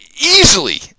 easily